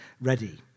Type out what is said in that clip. ready